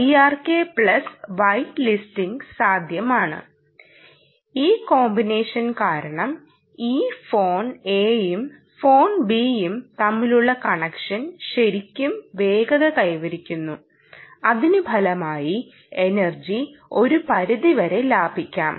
IRK plus white listing സാധ്യമാണ് ഈ combination കാരണം ഈ ഫോൺ Aയും ഫോൺ Bയും തമ്മിലുള്ള കണക്ഷൻ ശരിക്കും വേഗത കൈവരിക്കുന്നു അതിനു ഫലമായി എനർജി ഒരു പരിധി വരെ ലാഭിക്കാം